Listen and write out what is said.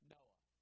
Noah